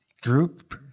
group